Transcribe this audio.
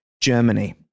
Germany